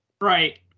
Right